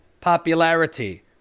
popularity